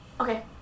Okay